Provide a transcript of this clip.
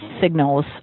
signals